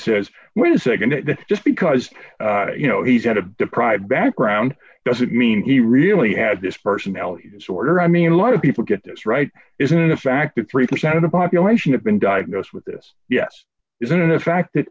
says wait a nd just because you know he's had a deprived background doesn't mean he really had this personality disorder i mean a lot of people get this right isn't the fact that three percent of the population have been diagnosed with this yes isn't it a fact that